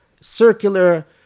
circular